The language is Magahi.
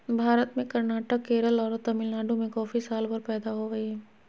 भारत में कर्नाटक, केरल आरो तमिलनाडु में कॉफी सालभर पैदा होवअ हई